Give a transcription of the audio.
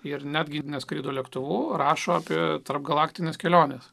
ir netgi neskrido lėktuvu rašo apie tarpgalaktines keliones